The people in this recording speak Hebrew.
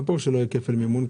מה פירוש לא יהיה כפל מימון?